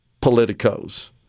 politicos